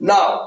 Now